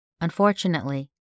Unfortunately